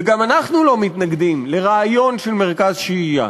וגם אנחנו לא מתנגדים לרעיון של מרכז שהייה.